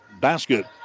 basket